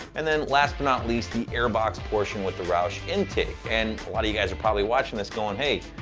and then, last but not least, the air box portion with the roush intake. and a lot of you guys are probably watching this going, hey,